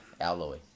Alloy